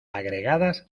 agregadas